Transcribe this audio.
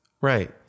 Right